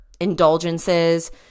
indulgences